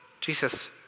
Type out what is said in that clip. Jesus